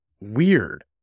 Weird